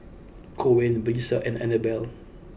Coen Brisa and Annabelle